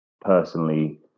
personally